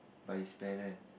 by his parent